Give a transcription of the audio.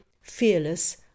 fearless